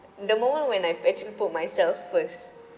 the moment when I actually put myself first